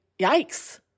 Yikes